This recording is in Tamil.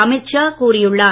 அமித் ஷா கூறியுள்ளார்